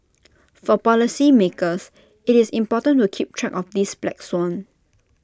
for policymakers IT is important to keep track of this black swan